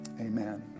amen